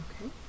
Okay